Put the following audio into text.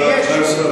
כבוד היושב-ראש,